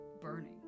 burning